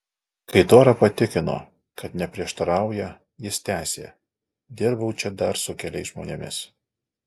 kai tora patikino kad neprieštarauja jis tęsė dirbau čia dar su keliais žmonėmis